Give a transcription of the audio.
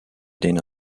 den